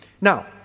Now